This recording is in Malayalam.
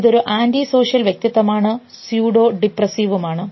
ഇതൊരു ആൻറി സോഷ്യൽ വ്യക്തിത്വമാണ് സ്യൂഡോ ഡിപ്രസിവുമാണ്